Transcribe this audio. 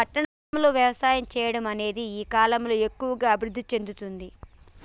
పట్టణం లో వ్యవసాయం చెయ్యడం అనేది ఈ కలం లో ఎక్కువుగా అభివృద్ధి చెందుతుంది